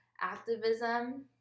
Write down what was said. activism